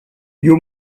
you